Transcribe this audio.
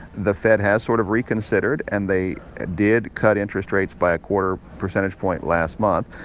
the fed has sort of reconsidered, and they did cut interest rates by a quarter percentage point last month.